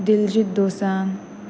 Diljit Dosanjh